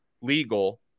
legal